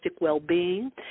well-being